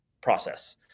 process